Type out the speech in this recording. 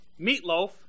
Meatloaf